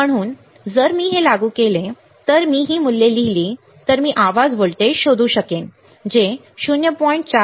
म्हणून जर मी हे लागू केले तर मी ही मूल्ये लिहिली तर मी आवाज व्होल्टेज शोधू शकेन जे 0